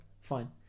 fine